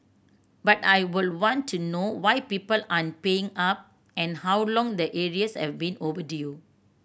but I would want to know why people aren't paying up and how long the arrears have been overdue